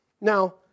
Now